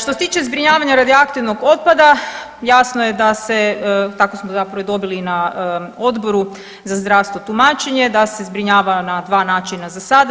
Što se tiče zbrinjavanja radioaktivnog otpada jasno je da se tako smo zapravo i dobili na Odboru za zdravstvo tumačenja, da se zbrinjava na dva načina za sada.